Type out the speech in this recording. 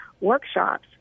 workshops